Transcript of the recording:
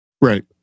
Right